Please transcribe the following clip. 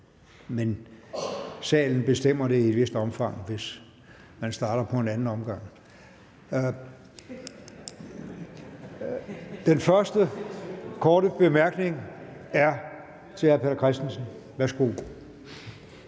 Men salen bestemmer det i et vist omfang selv, hvis man starter på en anden omgang. Den første korte bemærkning er fra hr. Peter Christensen, værsgo.